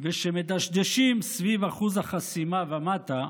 ושמדשדשים סביב אחוז החסימה ומטה,